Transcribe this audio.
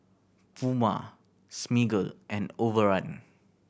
Puma Smiggle and Overrun